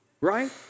Right